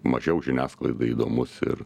mažiau žiniasklaidai įdomus ir